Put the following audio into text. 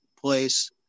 place